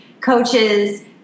coaches